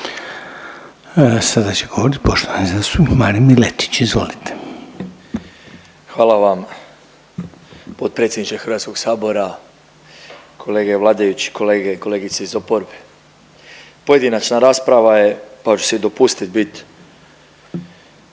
Sada će govoriti poštovani zastupnik Marin Miletić, izvolite. **Miletić, Marin (MOST)** Hvala vam potpredsjedniče Hrvatskog sabora, kolege vladajući, kolege i kolegice iz oporbe. Pojedinačna je rasprava, pa ću si dopustiti biti